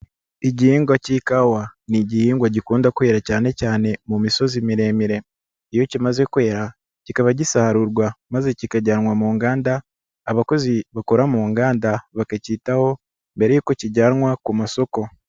Igihingwa k'ikawa ni igihingwa gikunda kwera cyane cyane mu misozi miremire, iyo kimaze kwera kikaba gisarurwa maze kikajyanwa mu nganda, abakozi bakora mu nganda bakakitaho mbere yuko kijyanwa ku masoko.